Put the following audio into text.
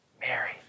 Mary